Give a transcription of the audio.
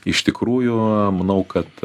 iš tikrųjų manau kad